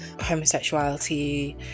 homosexuality